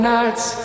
nights